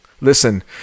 Listen